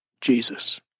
Jesus